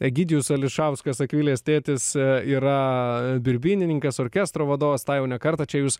egidijus ališauskas akvilės tėtis yra birbynininkas orkestro vadovas tą jau ne kartą čia jūs